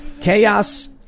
Chaos